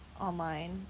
online